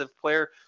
player